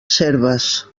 serves